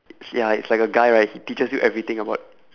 ya it's like a guy right he teaches you everything about